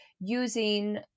using